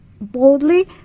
boldly